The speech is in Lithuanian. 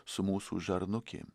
su mūsų žarnukėm